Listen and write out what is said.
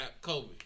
Kobe